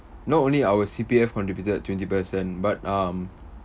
not only our C_P_F contributed twenty percent but um